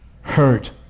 hurt